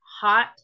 hot